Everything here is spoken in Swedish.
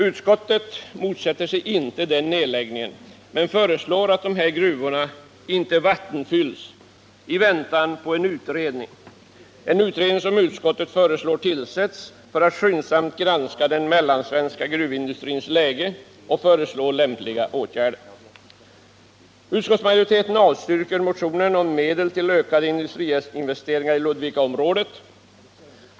Utskottet motsätter sig inte denna nedläggning, men föreslår att dessa gruvor icke vattenfylls i väntan på resultatet av en utredning, som utskottet föreslår skall tillsättas för att skyndsamt granska läget för den mellansvenska gruvindustrin och föreslå lämpliga åtgärder. Utskottsmajoriteten avstyrker motionskrav om medel till ökade industrietableringar i Ludvikaområdet.